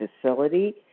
facility